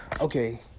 Okay